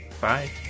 bye